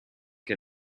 che